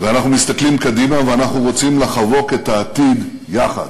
ואנחנו מסתכלים קדימה ואנחנו רוצים לחבוק את העתיד יחד.